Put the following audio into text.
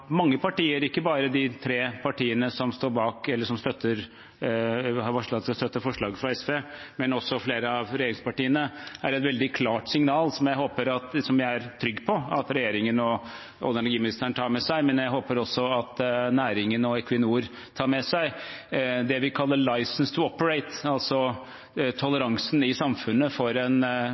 mange partier – ikke bare de tre partiene som har varslet at de støtter forslaget fra SV, men også flere av regjeringspartiene – er et veldig klart signal som jeg er trygg på at regjeringen og olje- og energiministeren tar med seg, men som jeg håper at også næringen og Equinor tar med seg. Det vi kaller «license to operate», altså toleransen i samfunnet for en